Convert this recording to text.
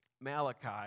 Malachi